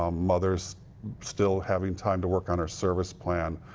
um mother still having time to work on her service plan.